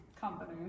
company